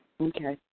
Okay